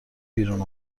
بیرون